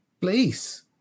place